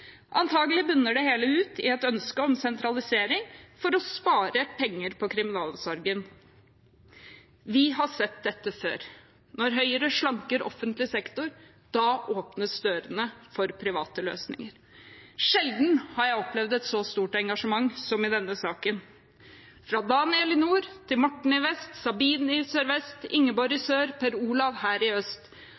bunner det hele ut i et ønske om sentralisering for å spare penger på kriminalomsorgen. Vi har sett dette før: Når Høyre slanker offentlig sektor, åpnes dørene for private løsninger. Sjelden har jeg opplevd et så stort engasjement som i denne saken – fra Daniel i nord til Morten i vest, Sabine i sørvest og Ingeborg i sør til Per Olav her i øst.